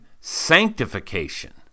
sanctification